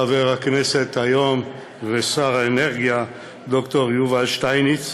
היום חבר הכנסת ושר האנרגיה ד"ר יובל שטייניץ,